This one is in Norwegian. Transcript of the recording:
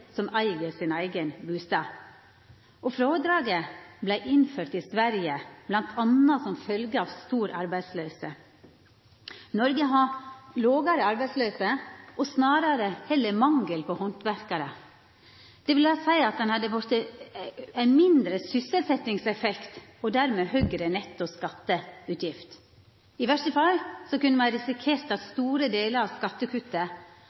som eig sin eigen bustad. Frådraget vart innført i Sverige bl.a. som følgje av stor arbeidsløyse. Noreg har lågare arbeidsløyse – snarare heller mangel på handverkarar. Det vil seia at ein hadde fått ein mindre sysselsetjingseffekt og dermed høgare netto skatteutgifter. I verste fall kunne me risikert at store delar av skattekuttet